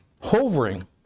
hovering